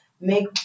Make